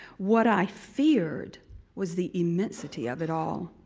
what i feared was the immensity of it all.